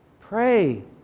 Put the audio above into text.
pray